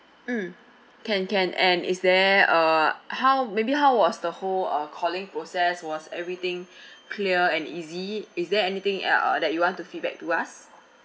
mm can can and is there uh how maybe how was the whole uh calling process was everything clear and easy is there anything el~ uh that you want to feedback to us